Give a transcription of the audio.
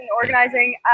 organizing